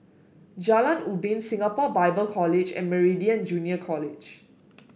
Jalan Ubin Singapore Bible College and Meridian Junior College